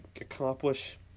accomplish